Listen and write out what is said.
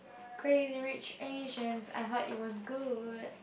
Crazy-Rich-Asian I heard it was good